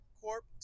Corp